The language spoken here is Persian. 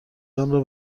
آنرا